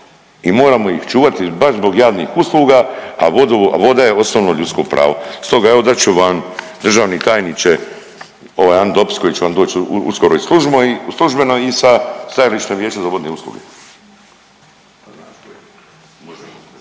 i moramo ih čuvati baš zbog javnih usluga, a voda je osnovno ljudsko pravo. Stoga evo dat ću vam državni tajniče ovaj jedan dopis koji će vam doć uskoro i službeno i sa stajališta Vijeća za vodne usluge.